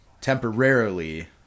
temporarily